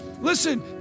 Listen